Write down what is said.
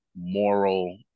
moral